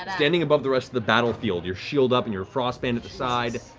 um standing above the rest of the battlefield, your shield up and your frostbrand to the side,